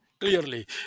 Clearly